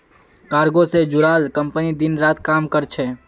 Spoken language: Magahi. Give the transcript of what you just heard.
कार्गो से जुड़ाल कंपनी दिन रात काम कर छे